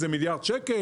זה מיליארד ₪".